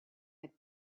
had